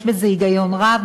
יש בזה היגיון רב,